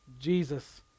jesus